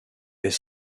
est